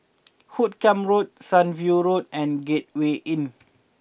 Hoot Kiam Road Sunview Road and Gateway Inn